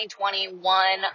2021